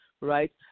right